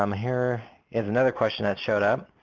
um here is another question that showed up.